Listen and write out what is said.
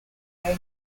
after